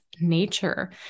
nature